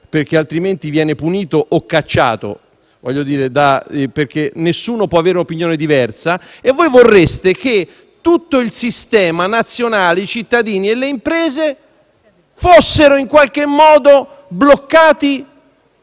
perché altrimenti viene punito o cacciato; nessuno può avere un'opinione diversa. Voi vorreste che tutto il sistema nazionale, i cittadini e le imprese fossero in qualche modo bloccati